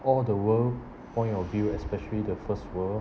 all the world point of view especially the first world